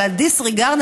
אלא ה-disregard,